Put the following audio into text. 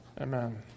Amen